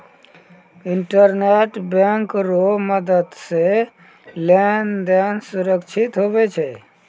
internet bank रो मदद से लेन देन सुरक्षित हुवै छै